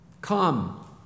Come